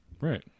Right